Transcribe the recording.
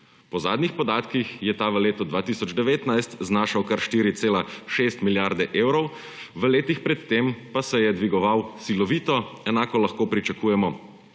Po zadnjih podatkih je ta v letu 2019 znašal kar 4,6 milijarde evrov, v letih pred tem pa se je dvigoval silovito, enako lahko pričakujemo